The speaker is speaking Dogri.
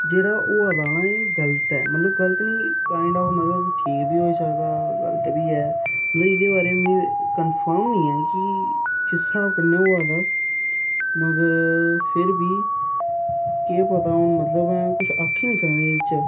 जेह्ड़ा होआ दा ना एह् गलत ऐ मतलब गलत निं काइंड आफ मतलब ठीक बी होई सकदा गलत बी ऐ मतलब एह्दे बारे मी कन्फर्म निं ऐ कि किस स्हाब कन्नै होआ दा मगर फिर बी केह् पता हून मतलब में कुछ आक्खी निं सकनां एह्दे च